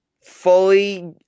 fully